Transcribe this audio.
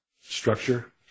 structure